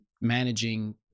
managing